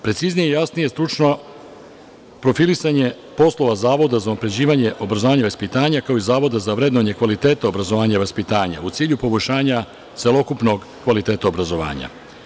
Preciznije i jasnije stručno profilisanje poslova Zavoda za unapređivanje obrazovanja i vaspitanja, kao i Zavoda za vrednovanje kvaliteta obrazovanja i vaspitanja je u cilju poboljšanja celokupnog kvaliteta obrazovanja.